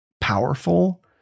powerful